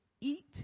eat